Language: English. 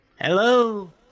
hello